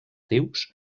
déus